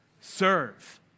serve